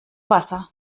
wasser